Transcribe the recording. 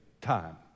time